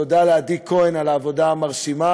תודה לעדי כהן על העבודה המרשימה